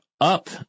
up